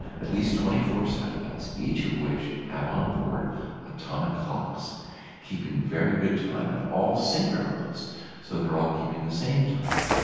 at least twenty four satellites, each of which have on-board atomic clocks keeping very good time and all synchronised so they're all keeping the same time.